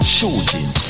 Shooting